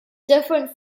different